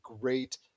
great